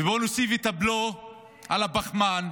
בוא נוסיף את הבלו על הפחמן,